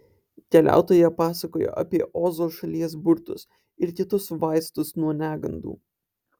keliautoja pasakojo apie ozo šalies burtus ir kitus vaistus nuo negandų